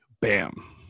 Bam